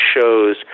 shows